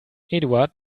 eduard